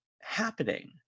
happening